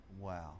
wow